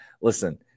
Listen